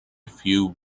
few